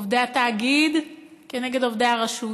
עובדי התאגיד כנגד עובדי הרשות.